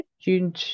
June